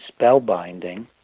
spellbinding